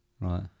Right